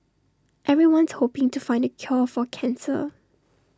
everyone's hoping to find the cure for cancer